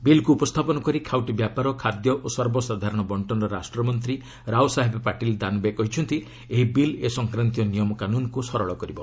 ବିଲ୍କୁ ଉପସ୍ଥାପନ କରି ଖାଉଟି ବ୍ୟାପାର ଖାଦ୍ୟ ଓ ସର୍ବସାଧାରଣ ବର୍ଷ୍ଟନ ରାଷ୍ଟ୍ରମନ୍ତ୍ରୀ ରାଓ ସାହେବ ପାଟିଲ୍ ଦାନବେ କହିଛନ୍ତି ଏହି ବିଲ୍ ଏ ସଂକ୍ରାନ୍ତୀୟ ନିୟମକାନୁନ୍କୁ ସରଳ କରିବ